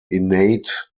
innate